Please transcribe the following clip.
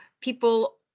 people